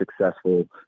successful